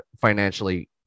financially